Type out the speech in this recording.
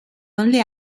only